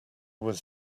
was